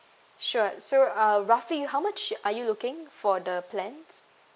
sure so uh roughly how much are you looking for the plans